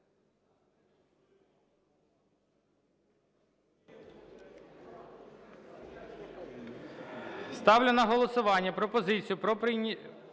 Ставлю на голосування пропозицію про прийняття